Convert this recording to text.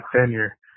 tenure